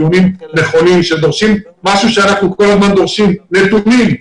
דיונים נכונים שדורשים משהו שאנחנו כל הזמן דורשים נתונים.